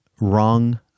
wrong